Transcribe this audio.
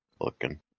looking